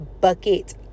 bucket